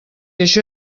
això